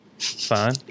Fine